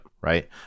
right